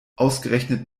ausgerechnet